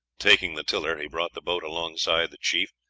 taking the tiller, he brought the boat alongside the chief,